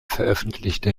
veröffentlichte